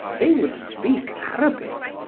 they would speak arabic,